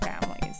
families